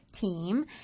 Team